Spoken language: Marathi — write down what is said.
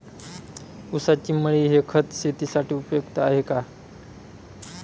ऊसाची मळी हे खत शेतीसाठी उपयुक्त आहे का?